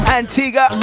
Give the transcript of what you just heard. Antigua